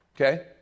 Okay